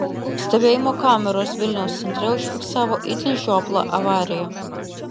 stebėjimo kameros vilniaus centre užfiksavo itin žioplą avariją